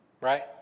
right